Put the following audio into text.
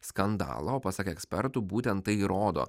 skandalą o pasak ekspertų būtent tai įrodo